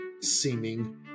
seeming